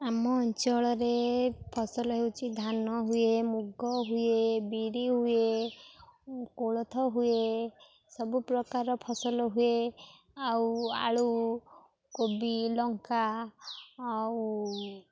ଆମ ଅଞ୍ଚଳରେ ଫସଲ ହେଉଛି ଧାନ ହୁଏ ମୁଗ ହୁଏ ବିରି ହୁଏ କୋଳଥ ହୁଏ ସବୁପକାର ଫସଲ ହୁଏ ଆଉ ଆଳୁ କୋବି ଲଙ୍କା ଆଉ